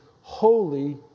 Holy